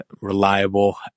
reliable